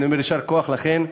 אבל אני אומר: יישר כוח לכם,